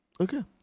Okay